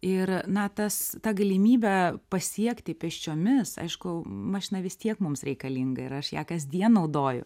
ir na tas ta galimybė pasiekti pėsčiomis aišku mašina vis tiek mums reikalinga ir aš ją kasdien naudoju